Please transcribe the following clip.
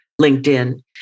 LinkedIn